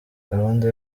gahunda